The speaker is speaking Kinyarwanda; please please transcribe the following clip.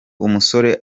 umusore